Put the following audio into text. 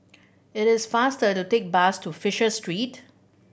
it is faster to take bus to Fisher Street